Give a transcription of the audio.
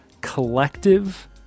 collective